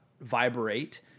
vibrate